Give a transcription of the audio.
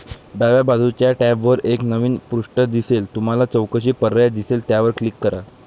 डाव्या बाजूच्या टॅबवर एक नवीन पृष्ठ दिसेल तुम्हाला चौकशी पर्याय दिसेल त्यावर क्लिक करा